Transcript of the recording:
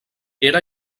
era